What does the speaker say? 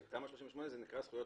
תמ"א 38 זה זכויות